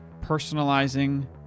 personalizing